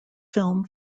film